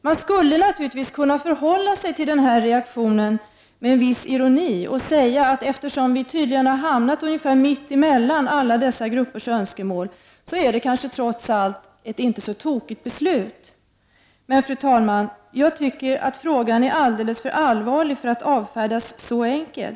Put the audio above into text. Vi skulle naturligtvis kunna förhålla oss till denna situation med viss ironi och säga att när vi nu har hamnat på en ståndpunkt som tydligen ligger mitt emellan alla dessa gruppers önskemål, så är denna ståndpunkt trots allt kan ske inte så tokig. Men, fru talman, jag tycker att frågan är alldeles för allvarlig för att avfärdas så enkelt.